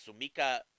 Sumika